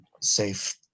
safe